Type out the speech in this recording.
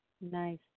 Nice